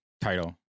title